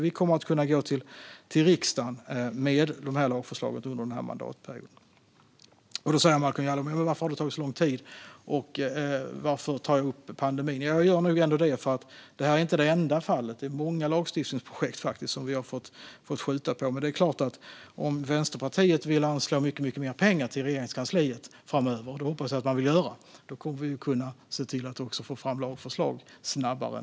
Vi kommer att kunna gå till riksdagen med detta lagförslag under denna mandatperiod. Momodou Malcolm Jallow frågar varför det har tagit så lång tid och varför jag tar upp pandemin. Jo, för att det här är ett av många lagstiftningsprojekt som vi har fått skjuta på. Men om Vänsterpartiet anslår mer pengar till Regeringskansliet framöver, och det hoppas jag att Vänsterpartiet vill, kommer vi att kunna få fram lagförslag snabbare.